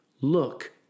Look